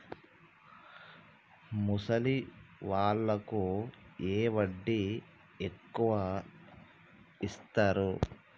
ముసలి వాళ్ళకు ఏ వడ్డీ ఎక్కువ ఇస్తారు?